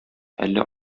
әллә